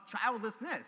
childlessness